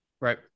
Right